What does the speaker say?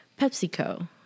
PepsiCo